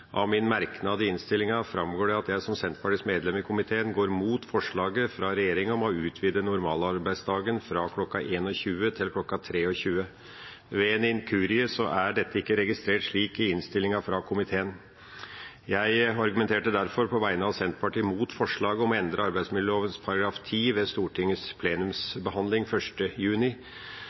Av min merknad i innstillinga framgår det at jeg som Senterpartiets medlem i komiteen går imot forslaget fra regjeringa om å utvide normalarbeidsdagen fra kl. 21 til kl. 23. Ved en inkurie er dette ikke registrert slik i innstillinga fra komiteen. Jeg argumenterte derfor på vegne av Senterpartiet imot forslaget om å endre arbeidsmiljøloven § 10 ved Stortingets plenumsbehandling den 1. juni.